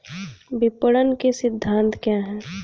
विपणन के सिद्धांत क्या हैं?